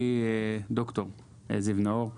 אני, ד"ר זיו נאור.